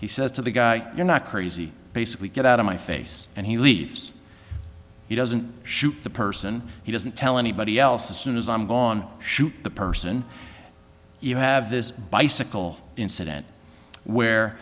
he says to the guy you're not crazy basically get out of my face and he leaves he doesn't shoot the person he doesn't tell anybody else as soon as i'm gone shoot the person you have this bicycle incident where